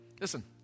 Listen